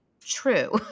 true